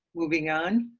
moving on,